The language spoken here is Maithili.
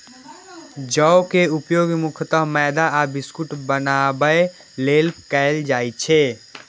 जौ के उपयोग मुख्यतः मैदा आ बिस्कुट बनाबै लेल कैल जाइ छै